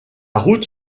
route